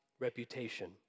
reputation